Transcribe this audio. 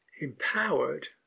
empowered